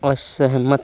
असहमत